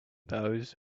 those